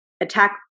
attack